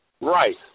Right